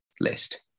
list